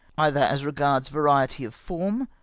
either as regards variety of form,